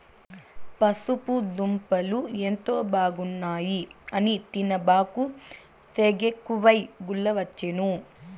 పసుపు దుంపలు ఎంతో బాగున్నాయి అని తినబాకు, సెగెక్కువై గుల్లవచ్చేను